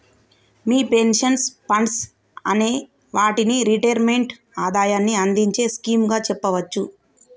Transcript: మీ pension funds అనే వాటిని retirement ఆదాయాన్ని అందించే స్కీమ్ గా చెప్పవచ్చు